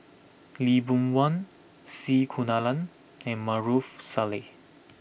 Lee Boon Wang C Kunalan and Maarof Salleh